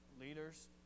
Leaders